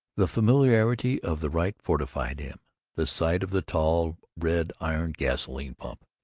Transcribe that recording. the familiarity of the rite fortified him the sight of the tall red iron gasoline-pump,